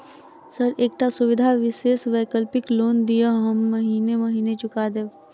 Sir एकटा सुविधा विशेष वैकल्पिक लोन दिऽ हम महीने महीने चुका देब?